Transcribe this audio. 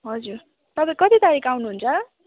हजुर तपाईँ कति तारिक आउनुहुन्छ